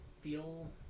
feel